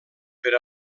per